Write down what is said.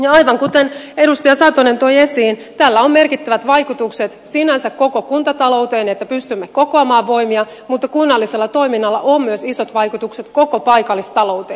ja aivan kuten edustaja satonen toi esiin tällä on merkittävät vaikutukset sinänsä koko kuntatalouteen että pystymme kokoamaan voimia mutta kunnallisella toiminnalla on myös isot vaikutukset koko paikallistalouteen